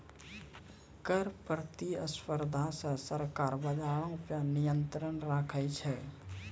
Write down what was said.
कर प्रतिस्पर्धा से सरकार बजारो पे नियंत्रण राखै छै